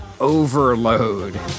Overload